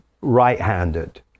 right-handed